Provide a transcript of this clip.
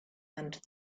and